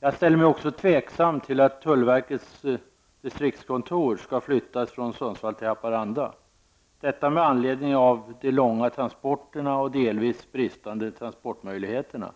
Jag ställer mig också tveksam till att tullverkets distriktskontor skall flyttas från Sundsvall till Haparanda. Detta gör jag med anledning av de långa transporterna och de delvis bristande transportmöjligheterna.